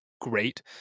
great